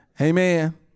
Amen